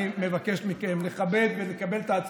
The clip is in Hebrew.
אני מבקש מכם לכבד ולקבל את ההצעה,